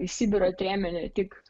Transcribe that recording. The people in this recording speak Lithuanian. į sibirą trėmė ne tik